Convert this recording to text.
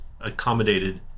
accommodated